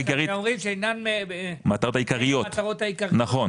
המטרות העיקריות נכון,